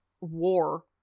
war